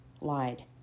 lied